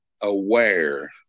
aware